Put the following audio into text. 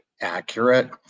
accurate